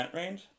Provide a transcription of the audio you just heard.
range